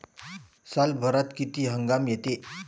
सालभरात किती हंगाम येते?